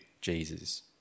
Jesus